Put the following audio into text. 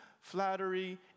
flattery